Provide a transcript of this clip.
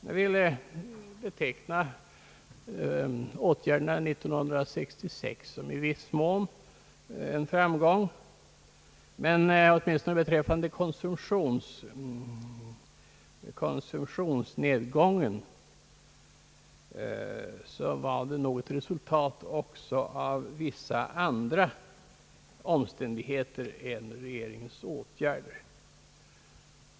Jag vill beteckna åtgärderna 1966 som i viss mån en framgång, men åtminstone beträffande konsumtionsnedgången var denna nog också ett resultat av vissa andra omständigheter än regeringens åtgärder.